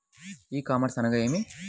ఈ కామర్స్ అనగానేమి?